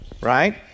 Right